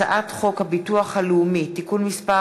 הצעת חוק הביטוח הלאומי (תיקון מס'